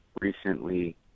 recently